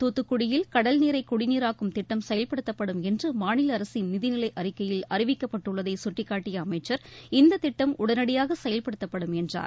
தூத்துக்குடியில் கடல்நீரை குடிநீராக்கும் திட்டம் செயல்படுத்தப்படும் என்று மாநில அரசின் நிதிநீலை அறிக்கையில் அறிவிக்கப்பட்டுள்ளதை சுட்டிக்காட்டிய அமைச்சர் இந்த திட்டம் உடனடியாக செயல்படுத்தப்படும் என்றார்